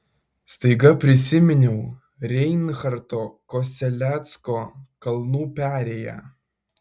staiga prisiminiau reinharto kosellecko kalnų perėją